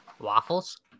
Waffles